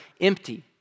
empty